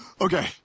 Okay